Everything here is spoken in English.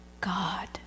God